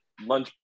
lunch